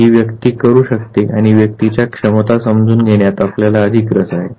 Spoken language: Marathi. ही व्यक्ती काय करू शकते आणि व्यक्तीच्या क्षमता समजून घेण्यात आपल्याला अधिक रस आहे